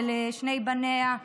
ולשני בניה,